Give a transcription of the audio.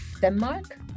Denmark